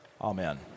Amen